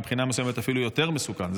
מבחינה מסוימת אפילו יותר מסוכן.